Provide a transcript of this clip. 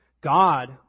God